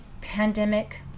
pandemic